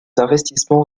investissements